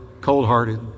cold-hearted